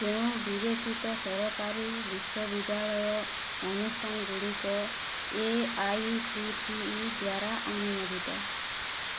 କେଉଁ ବିବେଚିତ ସରକାରୀ ବିଶ୍ୱବିଦ୍ୟାଳୟ ଅନୁଷ୍ଠାନ ଗୁଡ଼ିକ A I C T E ଦ୍ଵାରା ଅନୁମୋଦିତ